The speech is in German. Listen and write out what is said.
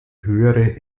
höhere